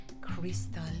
crystal